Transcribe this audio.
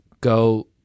go